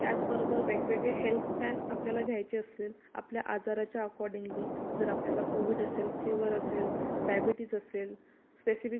त्याचबरोबर वेगवेगळे health plan आपल्याला घ्यायचे असेल आपल्या आजाराच्या अकॉर्डींगली जर आपल्याला कोविड असेल फिवर असेल डायबीटीज असेल स्पेसिफिक